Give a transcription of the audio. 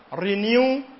renew